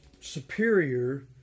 superior